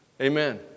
Amen